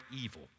evil